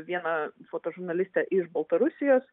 vieną fotožurnalistę iš baltarusijos